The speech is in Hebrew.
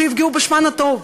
שיפגעו בשמן הטוב,